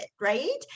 right